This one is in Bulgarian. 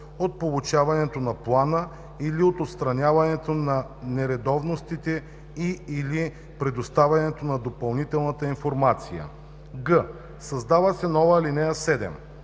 от получаването на плана или от отстраняването на нередовностите и/или предоставянето на допълнителната информация.“; г) създава се нова ал. 7: